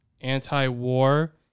anti-war